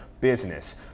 business